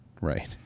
right